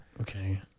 Okay